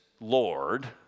lord